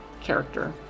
character